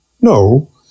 No